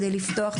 כדי לפתוח,